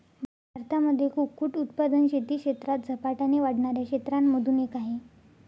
भारतामध्ये कुक्कुट उत्पादन शेती क्षेत्रात झपाट्याने वाढणाऱ्या क्षेत्रांमधून एक आहे